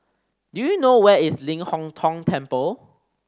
do you know where is Ling Hong Tong Temple